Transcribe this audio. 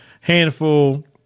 handful